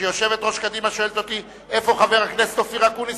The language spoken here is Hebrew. כשיושבת-ראש קדימה שואלת אותי איפה חבר הכנסת אופיר אקוניס,